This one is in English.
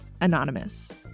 anonymous